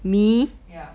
ya